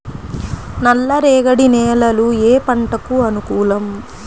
నల్ల రేగడి నేలలు ఏ పంటకు అనుకూలం?